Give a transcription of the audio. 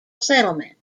settlement